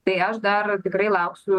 tai aš dar tikrai lauksiu